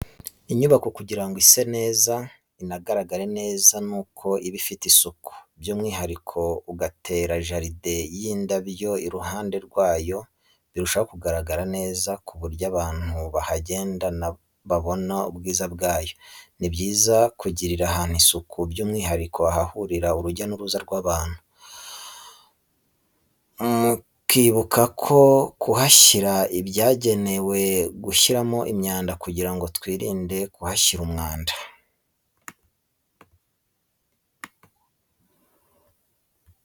Inyubako kugira ngo ise neza, inagaragare neza nuko iba ifite isuku, by'umwihariko ugatera jaride n'indabyo iruhande rwayo birushaho kugaragara neza, ku buryo n'abantu bahagenda babona ubwiza bwaho. Ni byiza kugirira ahantu isuku by'umwihariko ahahurira urujya n'uruza rw'abantu, mukibuka no kuhashyira ibyagenewe kushyirwamo imyanda kugira ngo twirinde kuhashyira umwanda.